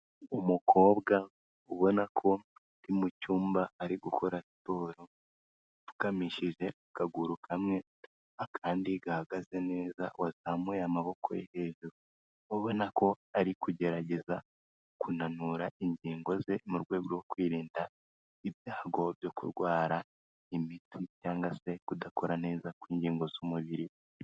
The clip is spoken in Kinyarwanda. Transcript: Umukobwa ubona ko uri mu cyumba ari gukora siporo apfukamishije akaguru kamwe, akandi gahagaze neza, wazamuye amaboko ye hejuru ubona ko ari kugerageza kunanura ingingo ze, mu rwego rwo kwirinda ibyago byo kurwara imitsi cyangwa se kudakora neza kw'ingingo z'umubiri.